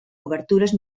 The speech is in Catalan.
obertures